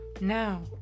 Now